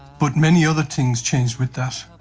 but many other things changed with that.